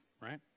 right